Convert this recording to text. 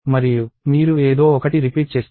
మరియు మీరు ఏదో ఒకటి రిపీట్ చేస్తారు